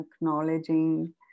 acknowledging